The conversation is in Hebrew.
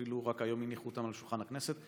אפילו רק היום הניחו אותן על שולחן הכנסת.